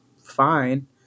fine